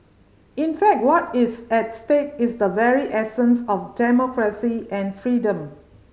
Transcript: in fact what is at stake is the very essence of democracy and freedom